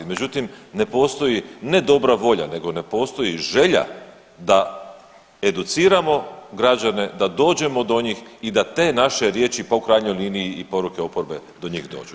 Međutim, ne postoji ne dobra volja nego ne postoji želja da educiramo građane, da dođemo do njih i da te naše riječi pa i krajnjoj liniji i poruke oporbe do njih dođu.